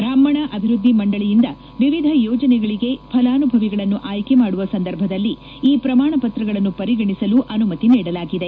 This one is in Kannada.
ಬ್ರಾಹ್ಮಣ ಅಭಿವ್ವದ್ದಿ ಮಂಡಳಿಯಿಂದ ವಿವಿಧ ಯೋಜನೆಗಳಿಗೆ ಫಲಾನುಭವಿಗಳನ್ನು ಆಯ್ಕೆ ಮಾಡುವ ಸಂದರ್ಭದಲ್ಲಿ ಈ ಪ್ರಮಾಣ ಪತ್ರಗಳನ್ನು ಪರಿಗಣಿಸಲು ಅನುಮತಿ ನೀಡಲಾಗಿದೆ